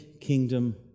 kingdom